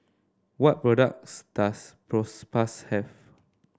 what products does Propass have